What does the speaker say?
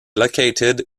located